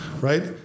Right